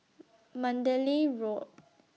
Mandalay Road